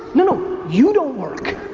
no, no, you don't work.